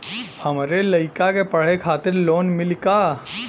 हमरे लयिका के पढ़े खातिर लोन मिलि का?